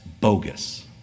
bogus